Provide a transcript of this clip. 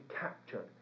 captured